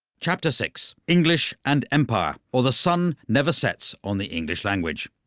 chapter six english and empire or the sun never sets on the english language.